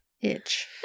itch